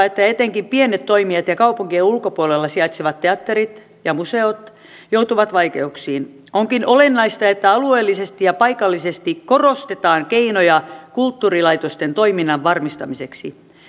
että etenkin pienet toimijat ja kaupunkien ulkopuolella sijaitsevat teatterit ja museot joutuvat vaikeuksiin onkin olennaista että alueellisesti ja paikallisesti korostetaan keinoja kulttuurilaitosten toiminnan varmistamiseksi